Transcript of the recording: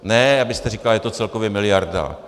Ne abyste říkala, že je to celkově miliarda.